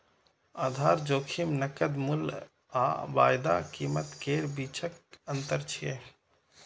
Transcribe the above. आधार जोखिम नकद मूल्य आ वायदा कीमत केर बीचक अंतर छियै